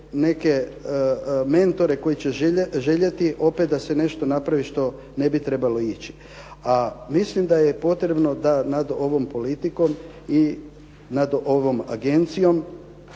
neke mentore koji će željeti opet da se nešto napravi što ne bi trebalo ići. A mislim da je potrebno da nad ovom politikom i nad ovom agencijom